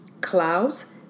clouds